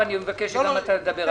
התשס"ט-2009.